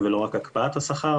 לא רק הקפאת השכר.